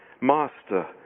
Master